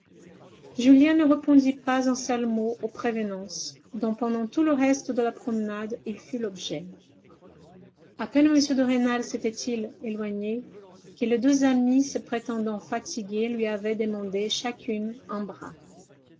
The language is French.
julien ne répondit pas un seul mot aux prévenances dont pendant tout le reste de la promenade il fut l'objet a peine m de rênal s'était-il éloigné que les deux amies se prétendant fatiguées lui avaient demandé chacune un bras